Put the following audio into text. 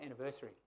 anniversary